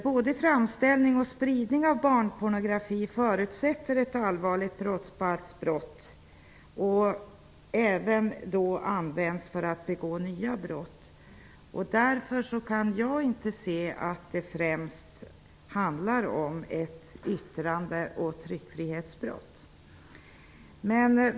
Både framställning och spridning av barnpornografi förutsätter ett allvarligt brottsbalksbrott och används även för att begå nya brott. Därför kan jag inte se att det främst handlar om ett yttrande och tryckfrihetsbrott.